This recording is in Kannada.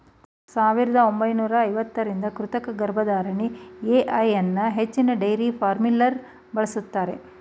ಸಾವಿರದ ಒಂಬೈನೂರ ಐವತ್ತರಿಂದ ಕೃತಕ ಗರ್ಭಧಾರಣೆ ಎ.ಐ ಅನ್ನೂ ಹೆಚ್ಚಿನ ಡೈರಿ ಫಾರ್ಮ್ಲಿ ಬಳಸ್ತಾರೆ